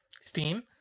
Steam